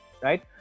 right